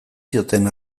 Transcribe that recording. zioten